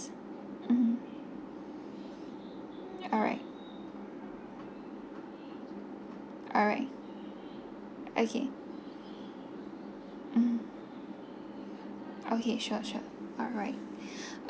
mmhmm alright alright okay mmhmm okay sure sure alright